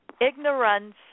Ignorance